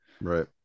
Right